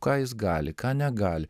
ką jis gali ką negali